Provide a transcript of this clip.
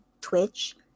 Twitch